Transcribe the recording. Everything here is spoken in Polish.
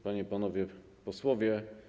Panie i Panowie Posłowie!